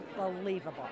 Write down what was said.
unbelievable